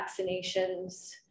vaccinations